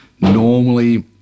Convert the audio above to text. Normally